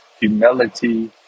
humility